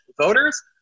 voters